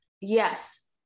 Yes